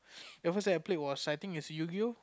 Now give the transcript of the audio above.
the first I played was I think is Yugioh